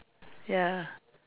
ya